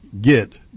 get